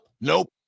Nope